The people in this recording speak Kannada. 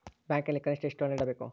ಬ್ಯಾಂಕಿನಲ್ಲಿ ಕನಿಷ್ಟ ಎಷ್ಟು ಹಣ ಇಡಬೇಕು?